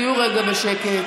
תהיו רגע בשקט,